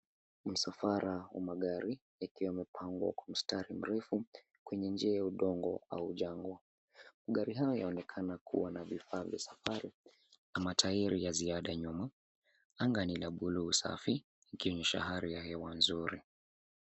Msafara wa magari yakiwa yamepangwa kwa mstari mrefu kwenye njia ya udongo au jangwa. Gari haya yanaonekana kuwa na vifaa vya safari na matairi ya ziada nyuma. Anga ni la bluu safi ikionyesha hali ya hewa nzuri.